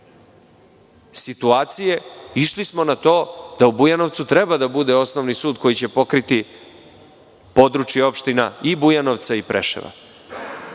situacije, išli smo na to da u Bujanovcu treba da bude osnovni sud koji će pokriti područje opština i Bujanovca i